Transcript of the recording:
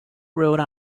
rhode